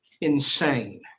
insane